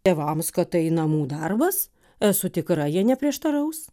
tėvams kad tai namų darbas esu tikra jie neprieštaraus